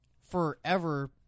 forever